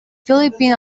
philippine